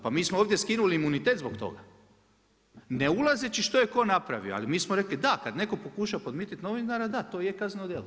Pa mi smo ovdje skinuli imunitet zbog toga, ne ulazeći što je ko napravio, ali mi smo rekli da kada neko pokuša podmititi novinara da, to je kazneno djelo.